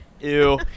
Ew